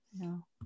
no